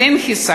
אז אין חיסכון?